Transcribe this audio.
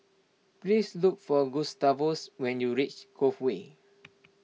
please look for Gustavus when you reach Cove Way